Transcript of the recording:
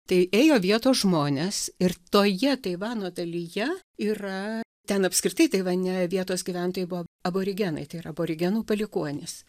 tai ėjo vietos žmonės ir toje taivano dalyje yra ten apskritai taivane vietos gyventojai buvo aborigenai tai yra aborigenų palikuonys